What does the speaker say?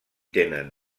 tenen